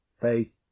Faith